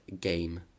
Game